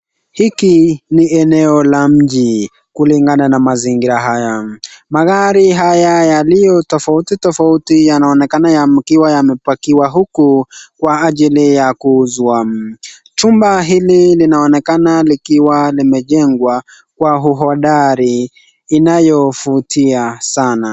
Hiki ni eneo la mji, kulingana ma mazingira haya. Magari haya yalio tofauti tofauti yanaonekana yakiwa yamepakiwa huku kwa ajili ya kuuzwa. Chumba hili linaonekana likiwa limejengwa kwa uhodari inayo vutia sana.